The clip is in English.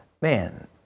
man